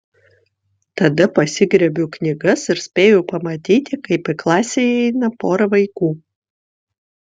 tada pasigriebiu knygas ir spėju pamatyti kaip į klasę įeina pora vaikų